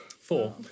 Four